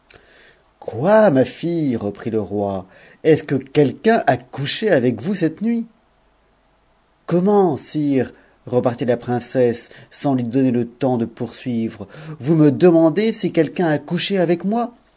quoi ma fille reprit le roi est-ce que quelqu'un a couché avec cette nuit comment sire repartit la princesse sans lui donner le ms e poursuivre vous me demandez si quoiqu'un a couche avec moi